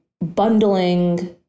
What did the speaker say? bundling